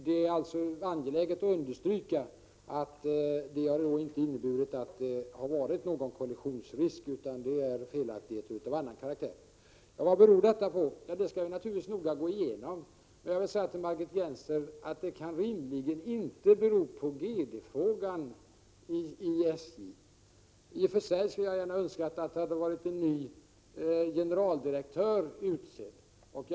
Det är angeläget att understryka att någon kollisionsrisk inte har förelegat utan det har varit felaktigheter av annan karaktär. Vad beror detta på? Det skall vi naturligtvis noga gå igenom. Jag vill säga — Prot. 1987/88:33 till Margit Gennser att det rimligen inte kan bero på GD-frågan i SJ. I och för 27 november 1987 sig hade jag gärna önskat att en ny generaldirektör hade varit utsedd, ochjag — Jj.oospokom.